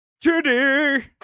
today